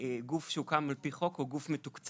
גוף שהוקם על פי חוק או גוף מתוקצב.